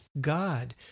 God